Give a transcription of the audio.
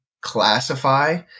classify